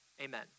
Amen